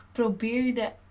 probeerde